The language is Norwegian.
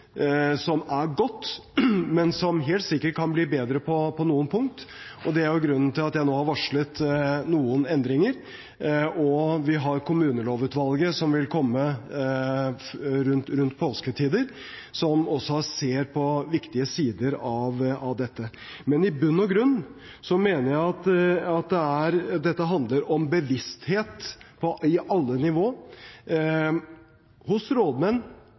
som er gode, men som helt sikkert kan bli bedre på noen punkt. Det er grunnen til at jeg nå har varslet noen endringer, og vi har Kommunelovutvalget, som vil komme med sin utredning rundt påsketider, som også ser på viktige sider av dette. Men i bunn og grunn mener jeg at dette handler om bevissthet på alle nivå: hos rådmenn,